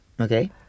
Okay